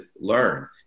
learn